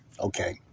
Okay